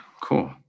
cool